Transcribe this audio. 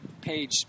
page